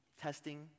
testing